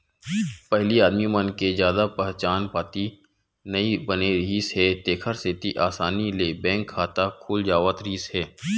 पहिली आदमी मन के जादा पहचान पाती नइ बने रिहिस हे तेखर सेती असानी ले बैंक खाता खुल जावत रिहिस हे